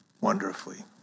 Wonderfully